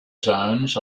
zones